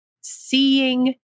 seeing